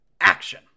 action